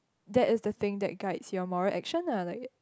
that is the thing that guides your moral action lah like